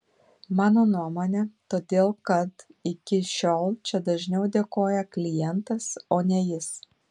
mano nuomone todėl kad iki šiol čia dažniau dėkoja klientas o ne jis